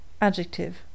Adjective